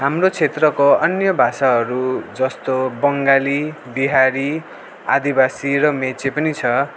हाम्रो क्षेत्रको अन्य भाषाहरू जस्तो बङ्गाली बिहारी आदिवासी र मेचे पनि छ